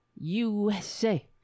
USA